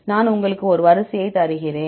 நான் உங்களுக்கு ஒரு வரிசையை தருகிறேன்